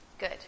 good